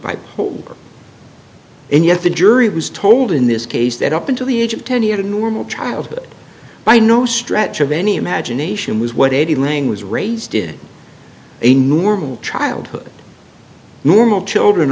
bipolar and yet the jury was told in this case that up until the age of ten he had a normal childhood by no stretch of any imagination was what eddie lang was raised in a normal childhood normal children